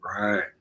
right